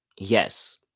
Yes